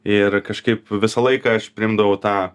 ir kažkaip visą laiką aš priimdavau tą